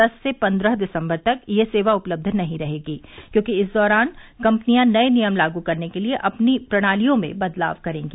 दस से पन्द्रह दिसंबर तक यह सेवा उपलब्ध नहीं रहेगी क्योंकि इस दौरान कंपनियां नए नियम लागू करने के लिए अपनी प्रणालियों में बदलाव करेंगी